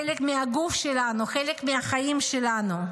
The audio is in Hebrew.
חלק מהגוף שלנו, חלק מהחיים שלנו.